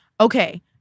Okay